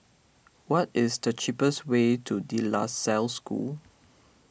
what is the cheapest way to De La Salle School